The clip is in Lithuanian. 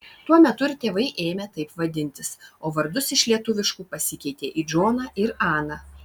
tuo metu ir tėvai ėmė taip vadintis o vardus iš lietuviškų pasikeitė į džoną ir aną